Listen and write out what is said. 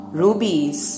rubies